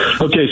Okay